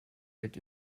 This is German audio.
wird